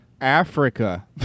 Africa